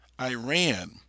iran